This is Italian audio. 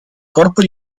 corpo